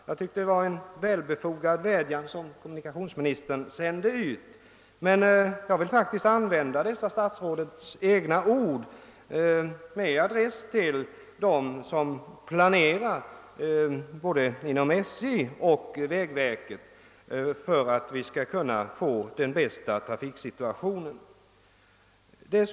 Jag tyckte det var en väl befogad vädjan som kommunikationsministern sände ut, och jag vill faktiskt använda dessa statsrådets egna ord och rikta dem till dem som planerar inom både SJ och vägverket för att de skall ge oss bästa möjliga trafikförsörjning.